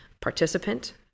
participant